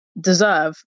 deserve